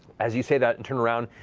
as you say that and turn around,